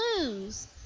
lose